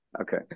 Okay